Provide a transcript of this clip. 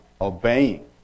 obeying